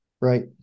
Right